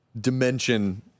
dimension